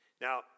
Now